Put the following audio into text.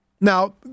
Now